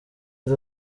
ari